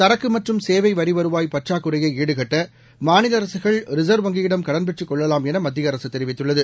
சரக்கு மற்றும் சேவை வரி வருவாய் பற்றாக்குறையை ஈடுகட்ட மாநில அரசுகள் ரிசர்வ் வங்கியிடம் கடன் பெற்றுக் கொள்ளலாம் என மத்திய அரசு தெரிவித்துள்ளது